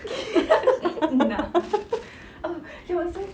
nah oh he was so